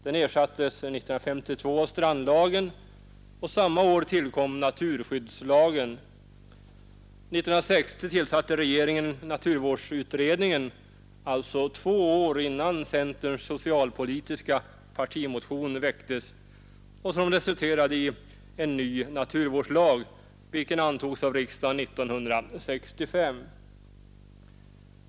Den ersattes 1952 av strandlagen, och samma år tillkom naturskyddslagen. År 1960 tillsatte regeringen naturvårdsutredningen, alltså två år innan centerns socialpolitiska partimotion väcktes. Denna utredning resulterade i en ny naturvårdslag, vilken antogs av riksdagen 1965.